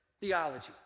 theology